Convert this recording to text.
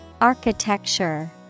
Architecture